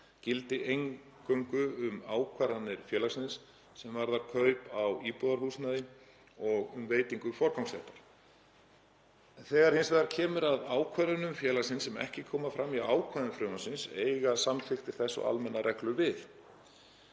gildi eingöngu um ákvarðanir félagsins sem varða kaup á íbúðarhúsnæði og um veitingu forgangsréttar. Þegar hins vegar kemur að ákvörðunum félagsins sem ekki koma fram í ákvæðum frumvarpsins eiga samþykktir þess og almennar reglur við.